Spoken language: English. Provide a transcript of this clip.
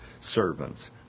servants